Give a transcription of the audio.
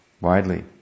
Widely